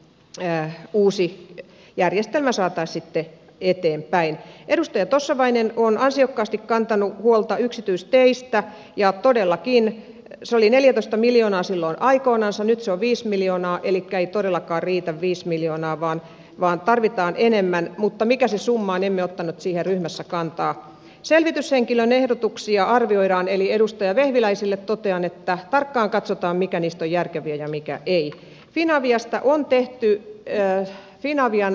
se jää uusi järjestelmä saattaa sitten eteenpäin edustaja tossavainen on ansiokkaasti kantanut huolta yksityisteistä ja todellakin sali neljätoista miljoonaa silloin aikoinansa nyt se on viisi miljoonaa eli ei todellakaan riitä viismiljoonaa waa vaan tarvitaan enemmän mutta mikä se summanen ja siinä ryhmässä kantaa selvityshenkilön ehdotuksia arvioidaan eli edustaja vehviläiselle totean että tarkkaan katsotaan mikä niistä järkevillä mikä ei minä viasta on tehty erään finavian